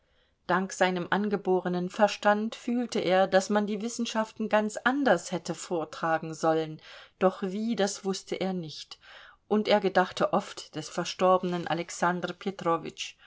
dank seinem angeborenen verstand fühlte er daß man die wissenschaften ganz anders hätte vortragen sollen doch wie das wußte er nicht und er gedachte oft des verstorbenen alexander